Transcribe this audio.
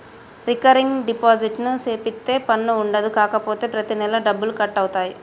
recurring deposit సేపిత్తే పన్ను ఉండదు కాపోతే ప్రతి నెలా డబ్బులు కట్ అవుతాయి